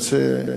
מנסה?